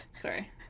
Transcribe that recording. Sorry